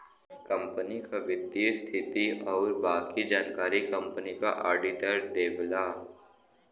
company क वित्तीय स्थिति आउर बाकी जानकारी कंपनी क आडिटर देवला